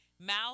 Mouth